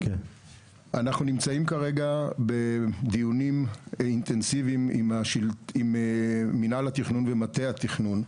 אנחנו נמצאים כרגע בדיונים אינטנסיביים עם מינהל התכנון ומטה התכנון,